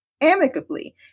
amicably